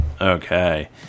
Okay